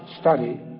study